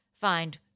Find